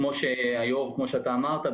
כמו שאתה אמרת,